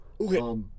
Okay